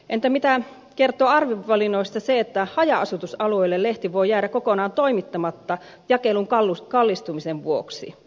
entä mitä kertoo arvovalinnoista se että haja asutusalueille lehti voi jäädä kokonaan toimittamatta jakelun kallistumisen vuoksi